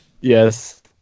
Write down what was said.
yes